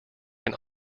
can